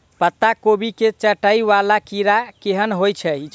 पत्ता कोबी केँ चाटय वला कीड़ा केहन होइ छै?